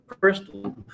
crystal